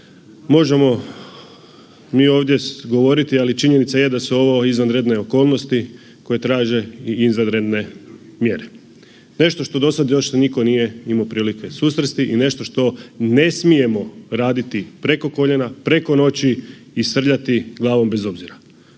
možemo mi ovdje govoriti, ali činjenica je da su ovo izvanredne okolnosti koje traže i izvanredne mjere, nešto što dosad još nitko nije imao prilike se susresti i nešto što ne smijemo raditi preko koljena, preko noći i srljati glavom bez obzira